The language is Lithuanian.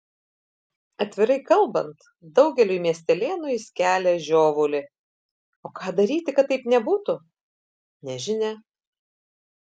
atvirai kalbant daugeliui miestelėnų jis kelia žiovulį o ką daryti kad taip nebūtų nežinia